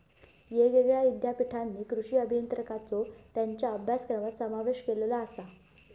येगयेगळ्या ईद्यापीठांनी कृषी अभियांत्रिकेचो त्येंच्या अभ्यासक्रमात समावेश केलेलो आसा